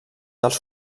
dels